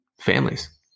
families